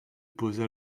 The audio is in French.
posent